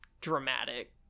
dramatic